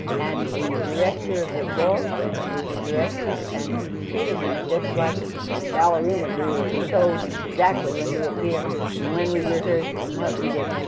and the director of the bolshoi was the director, and he treated us just like ballerinas. we were told exactly when to appear, and when we rehearsed, and what we did.